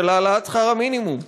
של העלאת שכר המינימום.